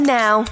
now